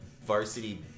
varsity